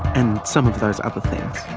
and some of those other things.